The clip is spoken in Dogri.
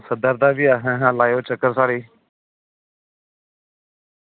सरदार जी ते भी चक्कर लायो साढ़े ई